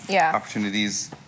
opportunities